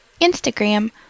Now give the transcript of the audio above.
Instagram